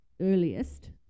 earliest